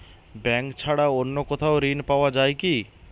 Bank ছাড়া অন্য কোথাও ঋণ পাওয়া যায় কি?